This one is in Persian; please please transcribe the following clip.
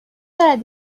دارد